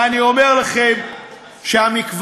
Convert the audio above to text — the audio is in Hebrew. אני אומר לכם שהמקוואות,